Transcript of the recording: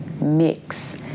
mix